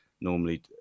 normally